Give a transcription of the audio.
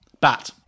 Bat